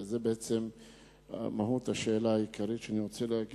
וזו בעצם מהות השאלה העיקרית שאני רוצה לשאול,